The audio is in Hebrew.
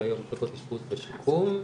הדרכות מיוחדות לטיפול ושיקום,